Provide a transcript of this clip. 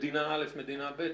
מדינה א', מדינה ב'?